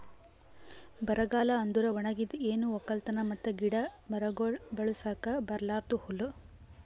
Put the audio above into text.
ಬರಗಾಲ ಅಂದುರ್ ಒಣಗಿದ್, ಏನು ಒಕ್ಕಲತನ ಮತ್ತ ಗಿಡ ಮರಗೊಳ್ ಬೆಳಸುಕ್ ಬರಲಾರ್ದು ಹೂಲಾ